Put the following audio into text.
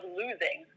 losing